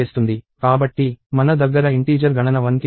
కాబట్టి మన దగ్గర ఇంటీజర్ గణన 1 కి సమానం